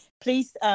please